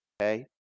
Okay